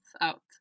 out